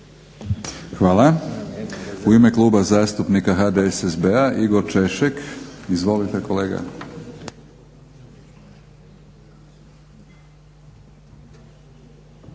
Hvala. U ime Kluba zastupnika HDSSB-a Igor Češek. Izvolite kolega.